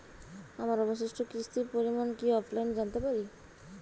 আমার অবশিষ্ট কিস্তির পরিমাণ কি অফলাইনে জানতে পারি?